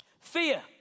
fear